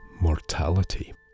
mortality